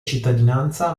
cittadinanza